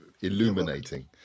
illuminating